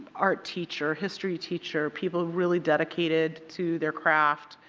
art teacher, history teacher, people really dedicated to their craft.